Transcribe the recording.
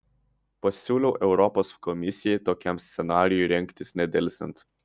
pasiūliau europos komisijai tokiam scenarijui rengtis nedelsiant